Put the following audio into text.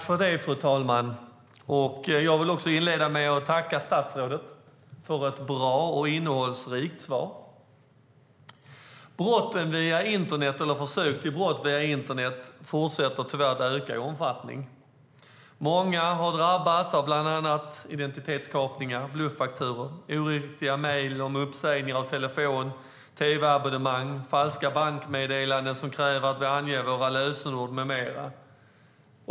Fru talman! Jag tackar statsrådet för ett bra och innehållsrikt svar. Brott och försök till brott via internet fortsätter tyvärr att öka i omfattning. Många har drabbats av bland annat identitetskapning, bluffakturor, oriktiga mejl om uppsägning av telefon och tv-abonnemang, falska bankmeddelanden som kräver att man anger sitt lösenord med mera.